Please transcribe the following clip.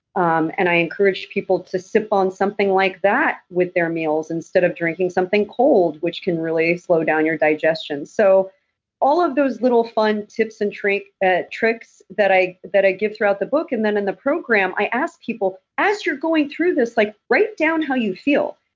um and i encourage people to sip on something like that with their meals instead of drinking something cold which can really slow down your digestion. so all of those little fun tips and tricks that i that i give throughout the book, and then in the program i ask people, as you're going through this, like write down how you feel.